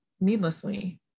needlessly